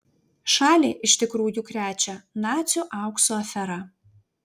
šalį iš tikrųjų krečia nacių aukso afera